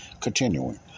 Continuing